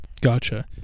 Gotcha